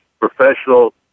professional